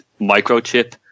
microchip